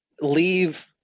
leave